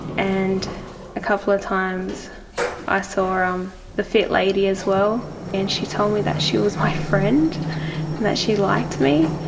and a couple of times i saw um the fit lady as well and she told me that she was my friend and that she liked me.